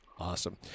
Awesome